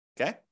okay